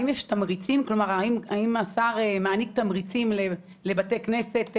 האם יש תמריצים, האם השר מעניק תמריצים לבתי כנסת,